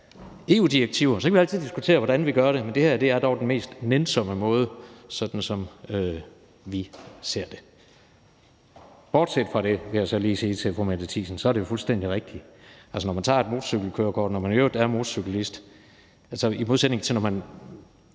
EU-direktiver. Så kan vi altid diskutere, hvordan vi gør det, men det her er dog den mest nænsomme måde, sådan som vi ser det. Bortset fra det, kan jeg så lige sige til fru Mette Thiesen, er det fuldstændig rigtigt, at når man tager et motorcykelkørekort, og når man i øvrigt er motorcyklist, er der i modsætning til det at